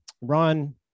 Ron